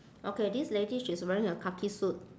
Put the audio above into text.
okay this lady she's wearing a khaki suit